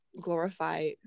glorify